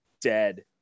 dead